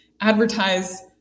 advertise